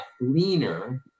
leaner